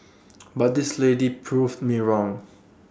but this lady proved me wrong